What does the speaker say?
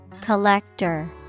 Collector